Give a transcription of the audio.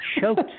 choked